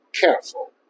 careful